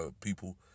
people